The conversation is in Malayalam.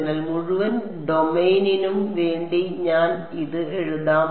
അതിനാൽ മുഴുവൻ ഡൊമെയ്നിനും വേണ്ടി ഞാൻ ഇത് എഴുതാം